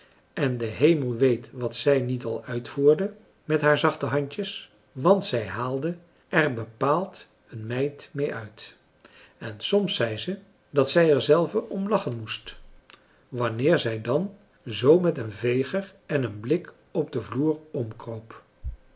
en de hemel weet wat zij niet al uitvoerde met haar zachte handjes want zij haalde er bepaald een meid mee uit en soms zei ze dat zij er zelve om lachen moest wanneer zij dan zoo met een veger en een blik op den vloer omkroop